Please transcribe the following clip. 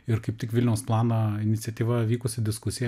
ir kaip tik vilniaus planą iniciatyva vykusi diskusija